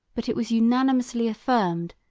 but it was unanimously affirmed,